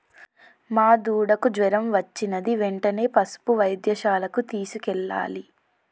మా దూడకు జ్వరం వచ్చినది వెంటనే పసుపు వైద్యశాలకు తీసుకెళ్లాలి